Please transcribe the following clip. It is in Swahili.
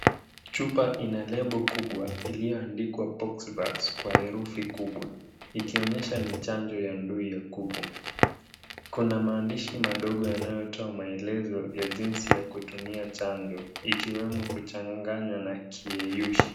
Chupa ina lebo kubwa iliyoandikwa, Poxvax, kwa herufi kubwa, ikionyesha ni chanjo ya ndui ya kuku. Kuna maandishi madogo yanayotoa maelezo ya jinsi ya kutumia chanjo, ikiwemo kuchanganya na kiyeyushi.